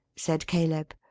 said caleb.